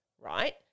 right –